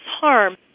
harm